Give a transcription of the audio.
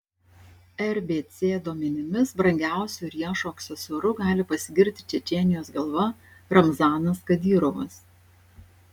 rbc duomenimis brangiausiu riešo aksesuaru gali pasigirti čečėnijos galva ramzanas kadyrovas